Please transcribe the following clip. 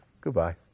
Goodbye